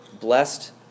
blessed